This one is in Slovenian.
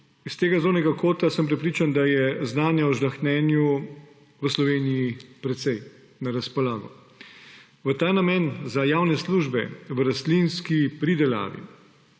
S tega zornega kota sem prepričan, da je znanja o žlahtnjenju v Sloveniji na razpolago precej. V ta namen za javne službe v rastlinski pridelavi,